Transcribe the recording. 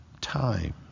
time